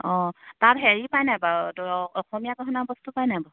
অঁ তাত হেৰি পায় নাই বাৰু অসমীয়া গহণাৰ বস্তু পাই নাই বাৰু